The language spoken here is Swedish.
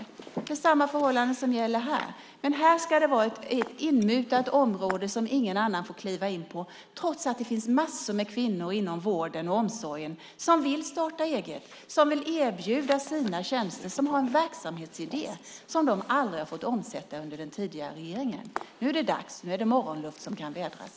Det är samma förhållanden som gäller här, men här tycker man att det ska vara ett inmutat område som ingen annan får kliva in på, trots att det finns massor med kvinnor inom vården och omsorgen som vill starta eget. De vill erbjuda sina tjänster och har en verksamhetsidé som de aldrig har fått omsätta under den tidigare regeringen. Nu är det dags. Nu är det morgonluft som kan vädras.